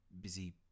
busy